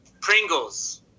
Pringles